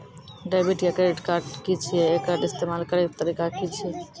Debit या credit card की छियै? एकर इस्तेमाल करैक तरीका की छियै?